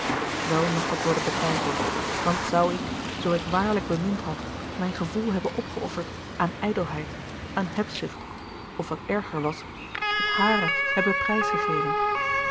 wel mag dat worden betwijfeld want zou ik zoo ik waarlijk bemind had mijn gevoel hebben opgeofferd aan ijdelheid aan hebzucht of wat erger was het hare hebben